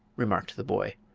remarked the boy.